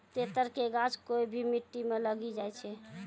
तेतर के गाछ कोय भी मिट्टी मॅ लागी जाय छै